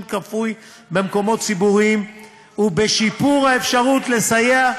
כפוי במקומות ציבוריים ובשיפור האפשרות לסייע,